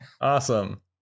Awesome